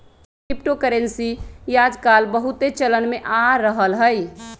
crypto currency याजकाल बहुते चलन में आ रहल हइ